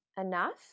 enough